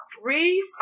three